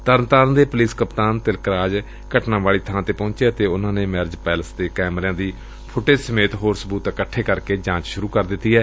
ਤਰਨਤਾਰਨ ਦੇ ਪੁਲਿਸ ਕਪਤਾਨ ਤਿਲਕ ਰਾਜ ਘਟਨਾ ਵਾਲੀ ਥਾਂ ਤੇ ਪਹੁੰਚੇ ਅਤੇ ਉਨਾਂ ਨੇ ਮੈਰਿਜ ਪੈਲੇਸ ਦੇ ਕੈਮਰਿਆਂ ਦੀ ਫੁਟੇਜ ਸਮੇਤ ਹੋਰ ਸਬੂਤ ਇਕੱਠੇ ਕਰਕੇ ਜਾਂਚ ਸੁਰੂ ਕਰ ਦਿੱਤੀ ਏ